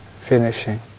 finishing